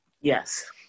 Yes